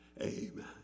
Amen